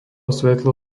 svetlo